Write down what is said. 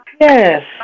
Yes